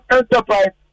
enterprise